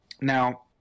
Now